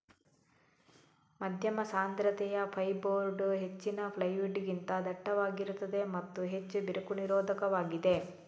ಮಧ್ಯಮ ಸಾಂದ್ರತೆಯ ಫೈರ್ಬೋರ್ಡ್ ಹೆಚ್ಚಿನ ಪ್ಲೈವುಡ್ ಗಿಂತ ದಟ್ಟವಾಗಿರುತ್ತದೆ ಮತ್ತು ಹೆಚ್ಚು ಬಿರುಕು ನಿರೋಧಕವಾಗಿದೆ